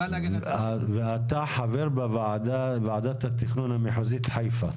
ואתה חבר בוועדת התכנון המחוזית חיפה.